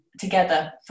together